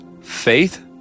faith